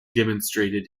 demonstrated